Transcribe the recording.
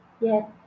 Yes